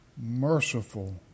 merciful